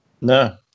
no